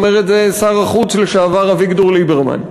אומר את זה שר החוץ לשעבר אביגדור ליברמן.